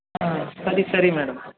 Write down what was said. ಹಾಂ ಸರಿ ಸರಿ ಮೇಡಮ್